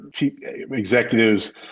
executives